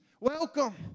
Welcome